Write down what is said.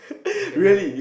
I can a